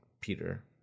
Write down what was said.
Peter